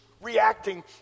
reacting